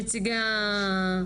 הנציגים.